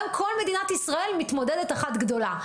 היום כל מדינת ישראל מתמודדת אחת גדולה.